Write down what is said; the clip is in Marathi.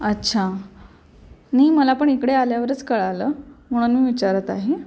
अच्छा नाही मला पण इकडे आल्यावरच कळलं म्हणून मी विचारत आहे